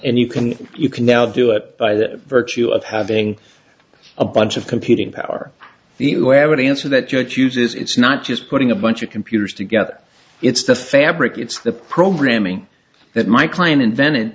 and you can you can now do it by the virtue of having a bunch of computing power the way i would answer that uses it's not just putting a bunch of computers together it's the fabric it's the programming that my client invent